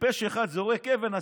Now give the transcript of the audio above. כשטיפש אחד זורק אבן,